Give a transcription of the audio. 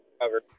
cover